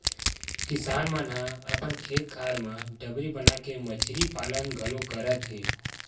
किसान मन ह अपन खेत खार म डबरी बनाके मछरी पालन घलोक करत हे